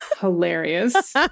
Hilarious